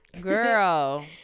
girl